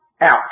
out